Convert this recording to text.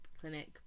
clinic